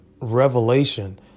revelation